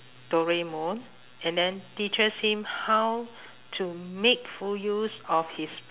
doraemon and then teaches him how to make full use of his